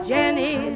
Jenny